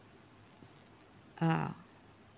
ah